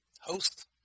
host